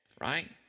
Right